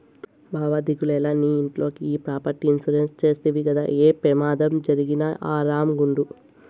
బావా దిగులేల, నీ ఇంట్లోకి ఈ ప్రాపర్టీ ఇన్సూరెన్స్ చేస్తవి గదా, ఏ పెమాదం జరిగినా ఆరామ్ గుండు